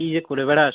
কী যে করে বেড়াস